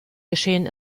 geschehen